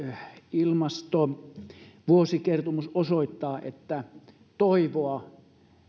ilmastovuosikertomus osoittaa että toivoa